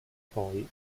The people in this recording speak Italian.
poi